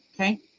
Okay